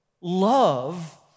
love